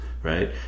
Right